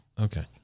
okay